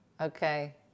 Okay